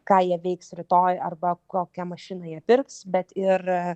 ką jie veiks rytoj arba kokią mašiną jie pirks bet ir